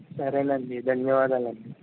సరేనండి ధన్యవాదాలండి